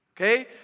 okay